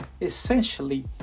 essentially